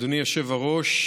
אדוני היושב-ראש,